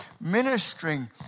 ministering